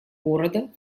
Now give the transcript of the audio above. города